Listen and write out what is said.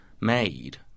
made